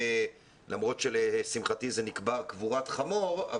למרות שלשמחתי זה נקבר קבורת חמור,